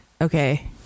Okay